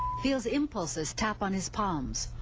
feels impulses tap on his palms.